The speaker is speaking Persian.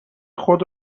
خود